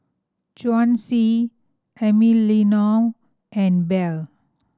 Chauncy Emiliano and Bell